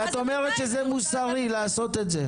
ואת אומרת שזה מוסרי לעשות את זה?